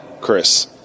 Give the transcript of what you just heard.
Chris